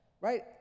right